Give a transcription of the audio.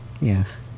Yes